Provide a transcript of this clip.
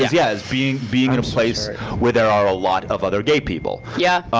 yeah it's being being in a place where there are a lot of other gay people. yeah,